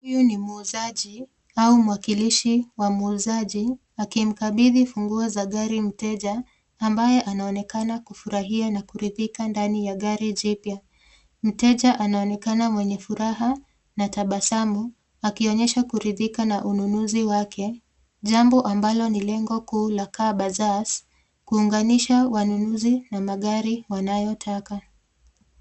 Huyu ni muuzaji au mwakilishi wa muuzaji akimkabidhi funguo za gari mteja ambaye enaonekana kufurahia na kuridhika ndani ya gari jipya. Mteja anaonekana mwenye furaha na tabasamu akionyesha kuridhika na ununuzi wake jambo ambalo ni lengo kuu la car bazaars kuunganisha wanunuzi na magari wanayotaka.